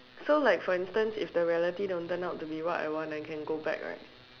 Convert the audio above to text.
so like for instance if the reality don't turn out to be what I want then can go back right